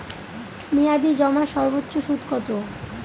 মেয়াদি জমার সর্বোচ্চ সুদ কতো?